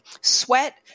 sweat